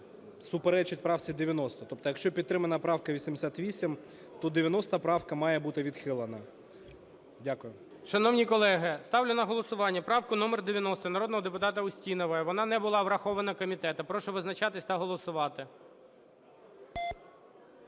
суперечить правці 90, тобто, якщо підтримана правка 88, то 90 правка має бути відхилена. Дякую. ГОЛОВУЮЧИЙ. Шановні колеги, ставлю на голосування правку номер 90 народного депутата Устінової. Вона не була врахована комітетом. Прошу визначатись та голосувати.